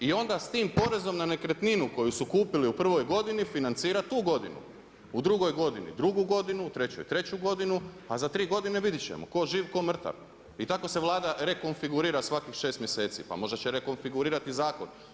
I onda s tim porezom na nekretninu koju su kupili u prvoj godini financira tu godinu, u drugoj godini, drugu godinu, trećoj, treću godinu, a za 3 godine, vidjet ćemo, ko živ, ko mrtav i tako se Vlada rekonfigurira svakih 6 mjeseci, pa možda će rekonfigurirati zakon.